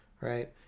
Right